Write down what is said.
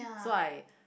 so I